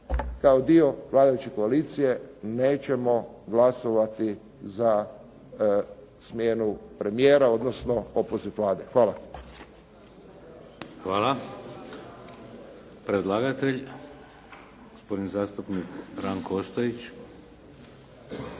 kao dio vladajuće koalicije nećemo glasovati za smjenu premijera, odnosno opoziv Vlade. Hvala. **Šeks, Vladimir (HDZ)** Hvala. Predlagatelj, gospodin zastupnik Ranko Ostojić.